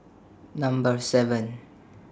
Number seven